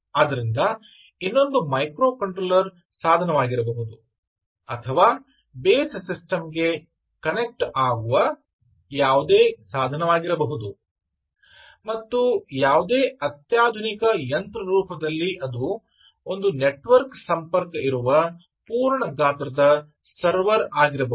ಆದ್ದರಿಂದ ಇನ್ನೊಂದು ಮೈಕ್ರೊಕಂಟ್ರೋಲರ್ ಸಾಧನವಾಗಿರಬಹುದು ಅಥವಾ ಬೇಸ್ ಸಿಸ್ಟಮ್ ಗೆ ಕನೆಕ್ಟ್ ಆಗುವ ಯಾವುದೇ ಸಾಧನವಾಗಿರಬಹುದು ಮತ್ತು ಯಾವುದೇ ಅತ್ಯಾಧುನಿಕ ಯಂತ್ರ ರೂಪದಲ್ಲಿ ಅದು ಒಂದು ನೆಟ್ವರ್ಕ್ ಸಂಪರ್ಕ ಇರುವ ಪೂರ್ಣ ಗಾತ್ರದ ಸರ್ವರ್ ಆಗಿರಬಹುದು